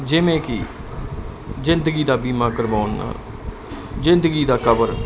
ਜਿਵੇਂ ਕਿ ਜ਼ਿੰਦਗੀ ਦਾ ਬੀਮਾ ਕਰਵਾਉਣ ਨਾਲ ਜਿੰਦਗੀ ਦਾ ਕਵਰ